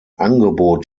angebot